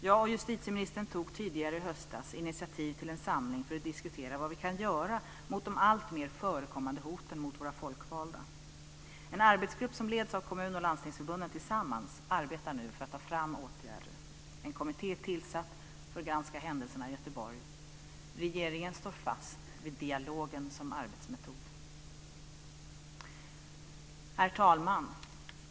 Jag och justitieministern tog tidigare i höstas initiativ till en samling för att diskutera vad vi kan göra mot de allt oftare förekommande hoten mot våra folkvalda. En arbetsgrupp som leds av Kommun och Landstingsförbunden tillsammans arbetar nu för att ta fram åtgärder. En kommitté är tillsatt för att granska händelserna i Göteborg. Regeringen står fast vid dialogen som arbetsmetod. Herr talman!